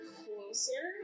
closer